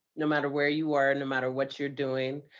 no matter where you were, no matter what you're doing.